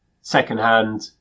secondhand